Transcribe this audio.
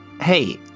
hey